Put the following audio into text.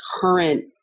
current